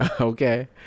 Okay